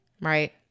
Right